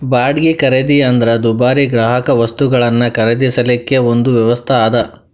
ಬಾಡ್ಗಿ ಖರೇದಿ ಅಂದ್ರ ದುಬಾರಿ ಗ್ರಾಹಕವಸ್ತುಗಳನ್ನ ಖರೇದಿಸಲಿಕ್ಕೆ ಒಂದು ವ್ಯವಸ್ಥಾ ಅದ